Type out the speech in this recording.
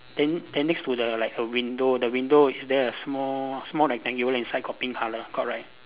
then then next to the like a window the window is there a small small rectangular inside got pink colour got right